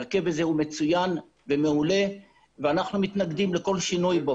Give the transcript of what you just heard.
ההרכב הזה הוא מצוין ומעולה ואנחנו מתנגדים לכל שינוי בו.